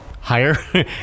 higher